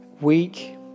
week